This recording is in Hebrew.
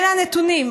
אלה הנתונים.